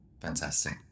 Fantastic